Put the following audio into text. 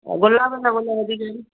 गुलाब जा गुल वधीक आहिनि